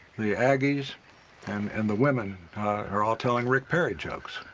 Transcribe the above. the aggies and and the women are all telling rick perry jokes,